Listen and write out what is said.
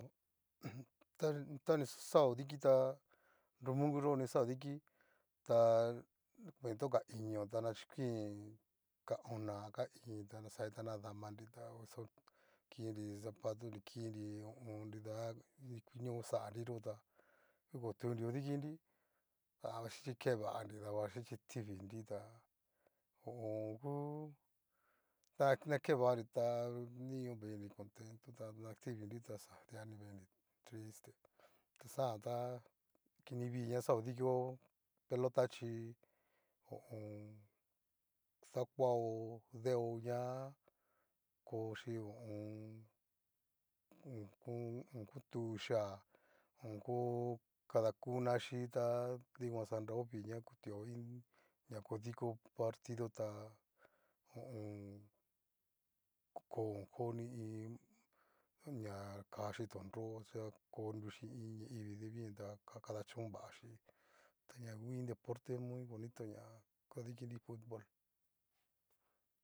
ta taxán odikitá nromungu yo'o ni xán kodiki, ta to ka iño ta nachukuin, ka ona a ka íín, tanakanri ta nadamanri, ta kao kinri zapatonri kinri ho nida ño xanriyota okutunri odikinri, davaxhíchi kevanri danaxhíchí tivinri, ta ho o on. ngu na nakevanritá ni venri konteto ta na tivinri ta xa dia ni veinri triste, xajan tá kinivi na xan kodikio, pelota chí ho o on. dakuao deo ñá, kochí ho o on. o ko tuyia o ko, kadakunachí tá, dikanxanra ovi na kutuao ña kodikio partido ta ho o on. ko koni iin ña kaxii tonro konruxi iin ñaivii de bien ta kadachónvaxhí, tañajan ngu iin deporte muy bonito ña kodikinri futbol.